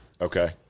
Okay